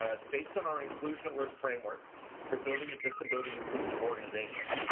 ah it's based on our inclusion at work framework for building a disability inclusive organization.